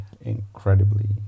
incredibly